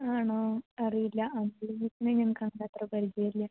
ആണോ അറിയില്ല ആ ശ്രുതി മിസ്സിനെ ഞങ്ങൾക്ക് കണ്ട് അത്ര പരിചയമില്ല